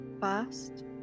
First